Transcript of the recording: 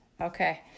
Okay